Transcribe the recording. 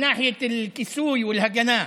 נותן יותר כיסוי,) הגנה.